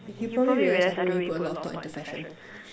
you probably realize I don't really put a lot of thought into fashion